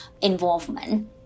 involvement